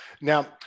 Now